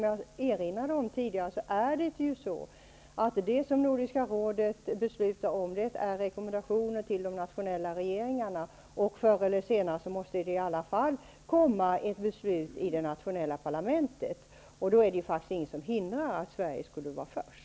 Jag erinrade tidigare om att vad Nordiska rådet beslutar utgör rekommendationer till de nationella regeringarna. Förr eller senare måste det fattas ett beslut i det nationella parlamentet. Det är inget som hindrar att Sverige är först.